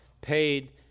paid